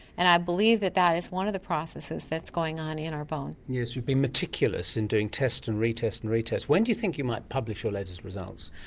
and i believe that that is one of the processes that's going on in our bone. yes, you've been meticulous in doing test and retest and retest. when do you think you might publish your latest results?